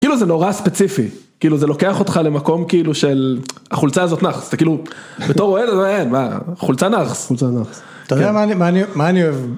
כאילו זה נורא ספציפי כאילו זה לוקח אותך למקום כאילו של החולצה הזאת נאחס אתה כאילו בתור אוהד, אין, מה, החולצה הזאת נאחס.